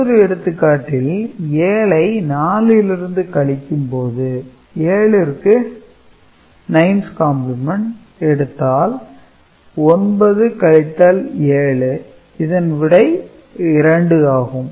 மற்றொரு எடுத்துக்காட்டில் 7 ஐ 4 லிருந்து கழிக்கும்போது 7 ற்கு 9's கம்பிளிமெண்ட் எடுத்தால் 9 கழித்தல் 7 இதன் விடை 2 ஆகும்